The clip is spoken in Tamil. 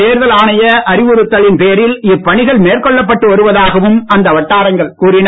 தேர்தல் ஆணைய அறிவுறுத்தலின் பேரில் இப்பணிகள் மேற்கொள்ளப்பட்டு வருவதாகவும் அந்த வட்டாரங்கள் கூறின